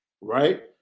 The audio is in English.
right